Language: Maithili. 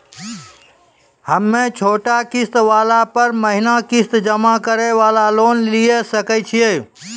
हम्मय छोटा किस्त वाला पर महीना किस्त जमा करे वाला लोन लिये सकय छियै?